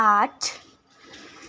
आठ